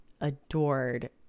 adored